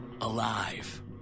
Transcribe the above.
alive